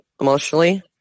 emotionally